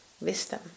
wisdom